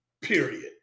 period